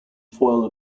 foil